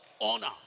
honor